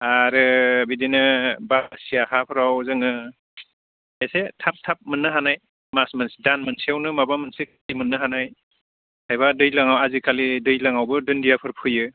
आरो बिदिनो बालासिया हाफोराव जोङो एसे थाब थाब मोननो हानाय मास मोनसे दान मोनसेयावनो माबा मोनसे खेति मोननो हानाय नायबा दैज्लाङाव आजिकालि दैज्लाङावबो दुन्दियाफोर फोयो